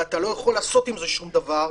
ואתה לא יכול לעשות עם זה שום דבר,